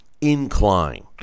incline